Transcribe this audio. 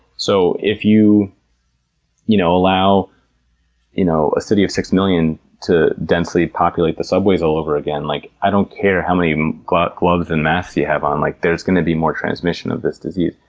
so if you you know allow you know a city of six million to densely populate the subways all over again, like i don't care how many gloves gloves and masks you have on, like there's going to be more transmission of this disease.